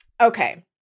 Okay